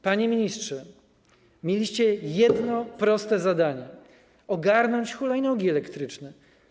Panie ministrze, mieliście jedno proste zadanie - ogarnąć hulajnogi elektryczne.